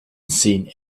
seen